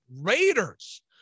Raiders